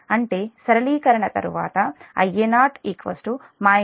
అంటే సరళీకరణ తరువాత Ia0 Ea Z1 Ia1Z03Zf